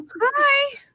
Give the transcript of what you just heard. Hi